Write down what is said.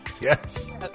Yes